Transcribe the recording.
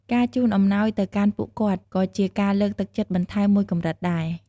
ការជូនអំណោយទៅកាន់ពួកគាត់ ក៏ជាការលើកទឹកចិត្តបន្ថែមមួយកម្រិតដែរ។